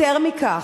יותר מכך,